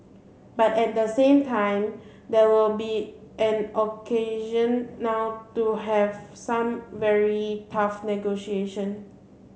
but at the same time there will be an occasion now to have some very tough negotiation